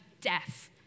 death